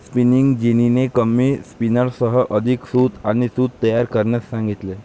spinning जेनीने कमी स्पिनर्ससह अधिक सूत आणि सूत तयार करण्यास सांगितले